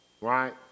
Right